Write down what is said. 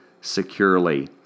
securely